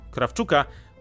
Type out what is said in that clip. Krawczuka